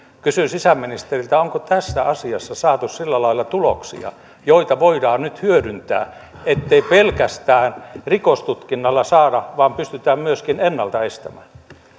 kysyn sisäministeriltä onko tässä asiassa saatu sillä lailla tuloksia joita voidaan nyt hyödyntää ettei pelkästään rikostutkinnalla saada vaan pystytään myöskin ennalta estämään